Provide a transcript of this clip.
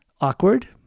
awkward